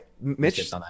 Mitch